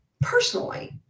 personally